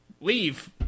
Leave